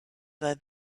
led